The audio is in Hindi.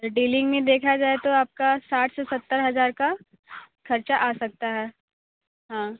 डीलिंग में देखा जाए तो आपका साठ से सत्तर हजार का खर्चा आ सकता है हाँ